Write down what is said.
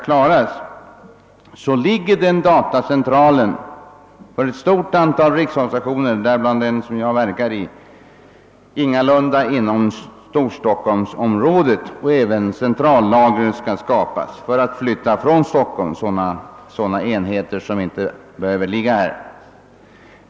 Detta beslut har vi fattat även om utflyttningen vållar vissa besvär bl.a. i form av dagliga biltransporter till och från Stockholm. även ett centrallager skall skapas för att från Stockholm kunna flytta ut enheter som inte behöver ligga där.